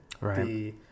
Right